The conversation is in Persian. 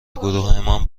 گروهمان